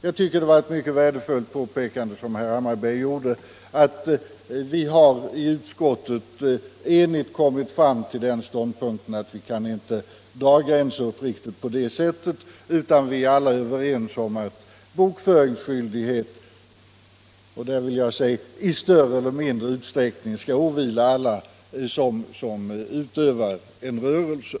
Jag tycker det var ett mycket värdefullt påpekande som herr Hammarberg gjorde när han slog fast att vi i utskottet enhälligt kommit fram till ståndpunkten att vi inte kan dra gränser riktigt på det hittillsvarande sättet, utan att vi alla är överens om att bokföringsskyldighet — och där vill jag säga: i större eller mindre utsträckning — skall åvila alla som utövar en rörelse.